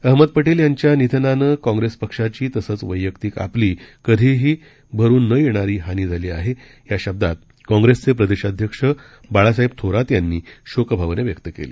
अहमद पटेल यांच्या निधनानं काँग्रेस पक्षाची तसंच वैयक्तिक आपली कधीही न भरून येणारी हानी झाली आहे या शब्दांत कॉंप्रेसचे प्रदेशाध्यक्ष बाळासाहेब थोरात यांनी शोकभावना व्यक्त केली